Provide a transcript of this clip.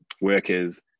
workers